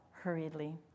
hurriedly